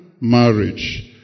marriage